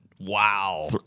Wow